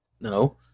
no